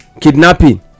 kidnapping